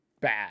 bad